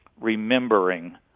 remembering